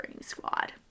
squad